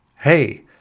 hey